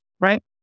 right